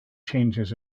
changes